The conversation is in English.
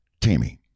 Tammy